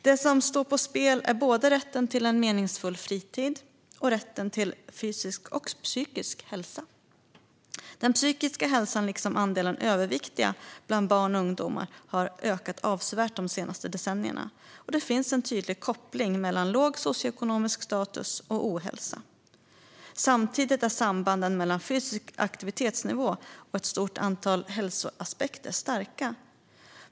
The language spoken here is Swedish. Det som står på spel är både rätten till en meningsfull fritid och rätten till fysisk och psykisk hälsa. Den psykiska ohälsan liksom andelen överviktiga bland barn och ungdomar har ökat avsevärt de senaste decennierna. Det finns en tydlig koppling mellan låg socioekonomisk status och ohälsa. Samtidigt är sambanden mellan fysisk aktivitetsnivå och ett stort antal hälsoaspekter starka.